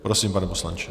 Prosím, pane poslanče.